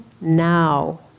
Now